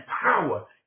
power